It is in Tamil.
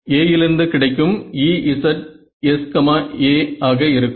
A லிருந்து கிடைக்கும் EzsA ஆக இருக்கும்